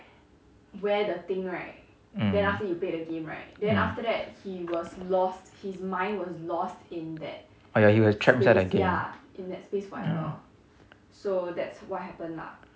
mm mm oh ya he was trapped inside the game